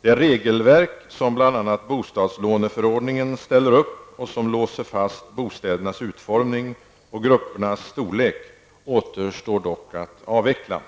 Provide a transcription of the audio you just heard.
Det regelverk som bl.a. bostadslåneförordningen ställer upp, och som låser fast bostädernas utformning och gruppernas storlek, återstår dock att avveckla.